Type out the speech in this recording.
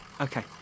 Okay